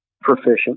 proficient